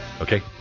Okay